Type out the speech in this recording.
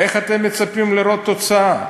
איך אתם מצפים לראות תוצאה?